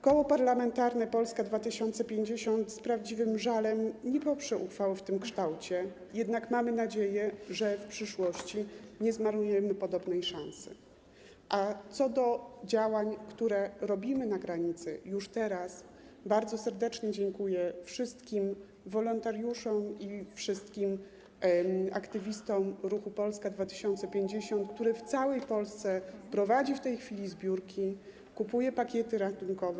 Koło Parlamentarne Polska 2050 z prawdziwym żalem nie poprze uchwały w tym kształcie, jednak mamy nadzieję, że w przyszłości nie zmarnujemy podobnej szansy, a co do działań, które robimy na granicy, już teraz bardzo serdecznie dziękuję wszystkim wolontariuszom i wszystkim aktywistom Ruchu Polska 2050, który w całej Polsce prowadzi w tej chwili zbiórki, kupuje pakiety ratunkowe.